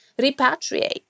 repatriate